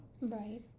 Right